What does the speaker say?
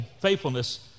faithfulness